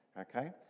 okay